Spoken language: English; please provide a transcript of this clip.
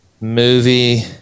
movie